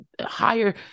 higher